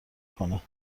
کنه